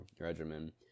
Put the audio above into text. regimen